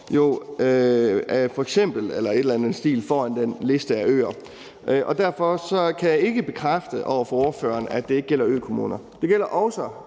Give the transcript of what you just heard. eller et eller andet i den stil foran den liste af øer, og derfor kan jeg ikke bekræfte over for ordføreren, at det ikke gælder økommuner. Det gælder også